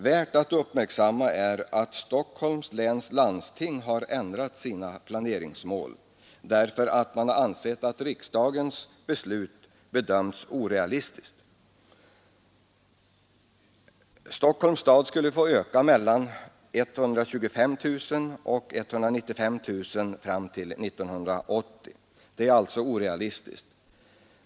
Värt att uppmärksamma är att Stockholms läns landsting har ändrat sina planeringsmål därför att man har ansett riksdagens beslut vara orealistiskt. Stockholms stad skulle få öka med mellan 125 000 och 195 000 invånare fram till 1980 — det är enligt landstinget i Stockholm orealistiskt.